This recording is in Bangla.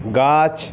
গাছ